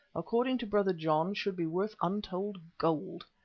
according to brother john, should be worth untold gold.